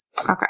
Okay